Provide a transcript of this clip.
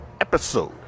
episode